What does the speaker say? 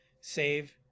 save